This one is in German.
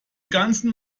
ganzen